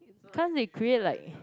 can't they create like